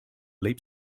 leap